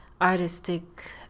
artistic